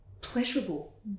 pleasurable